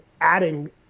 adding